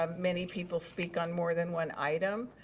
um many people speak on more than one item.